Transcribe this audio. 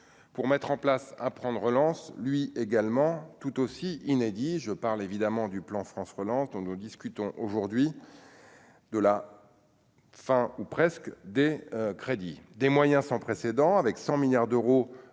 pour mettre en place à prendre, relance lui également tout aussi inédit je parle évidemment du plan France relance dont nous discutons aujourd'hui de la fin ou presque des crédits des moyens sans précédent, avec 100 milliards d'euros,